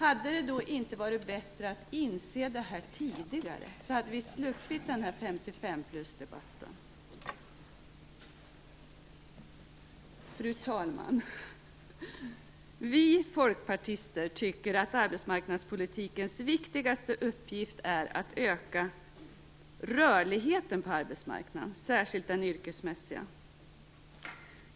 Hade det då inte varit bättre att inse detta tidigare, så att vi hade sluppit 55-plusdebatten? Fru talman!